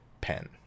pen